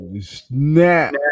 Snap